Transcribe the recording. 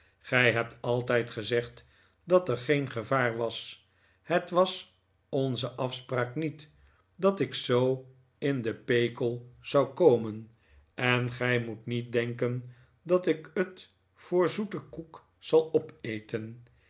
gij hebt altijd gezegd dat er geen gevaar was het was onze afspraak niet dat ik zoo in de pekel zou komen en gij moet niet denken dat ik het voor zoeten koek zal opeten